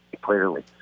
clearly